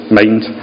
mind